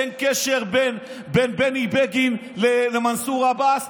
אין קשר בין בני בגין למנסור עבאס,